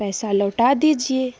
پیسہ لوٹا دیجیے